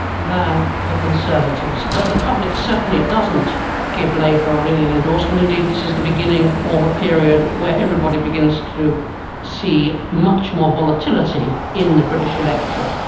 than the conservatives. but the public certainly doesn't give labour a ringing endorsement, indeed this is the beginning of the period where everybody begins to see much more volatility in the british electorate.